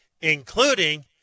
including